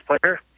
player